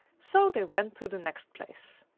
so they went to the next place.